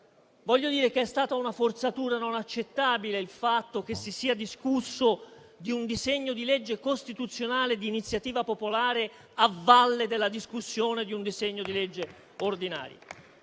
voglio dire che è stata una forzatura non accettabile discutere di un disegno di legge costituzionale di iniziativa popolare a valle della discussione di un disegno di legge ordinaria.